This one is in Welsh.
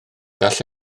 gall